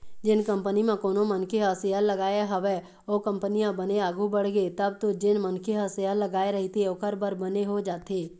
जेन कंपनी म कोनो मनखे ह सेयर लगाय हवय ओ कंपनी ह बने आघु बड़गे तब तो जेन मनखे ह शेयर लगाय रहिथे ओखर बर बने हो जाथे